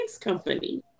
Company